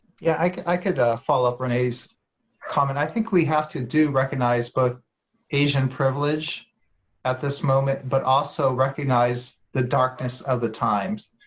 yeah, i could follow up renee's comment i think we have to do recognize both asian privilege at this moment, but also recognize the darkness of the times.